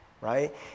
right